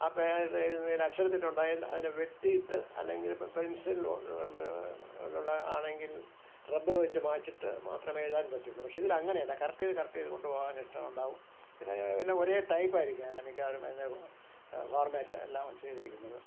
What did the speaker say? ആ പേരെഴുതുന്നതിൽ അക്ഷരത്തെറ്റുണ്ടായാൽ അതിനെ വെട്ടിയിട്ട് അല്ലെങ്കിലിപ്പം പെൻസിൽ പോലെയുള്ള ആണെങ്കിൽ റബ്ബർ വെച്ചു മായിച്ചിട്ടു മാത്രമെ എഴുതാൻ പറ്റുകയുള്ളു പക്ഷെ ഇതിലങ്ങനെയല്ല കറക്റ്റ് ചെയ്ത് കറക്റ്റ് ചെയ്തു കൊണ്ടുപോകാനിഷ്ടമുണ്ടാകും പിന്നെ എല്ലാം ഒരേ ടൈപ്പായിരിക്കും അതിന്റെ മിക്കവാറും അതിന്റെ ഫോർമാറ്റ് എല്ലാം ചെയ്തിരിക്കുന്നത്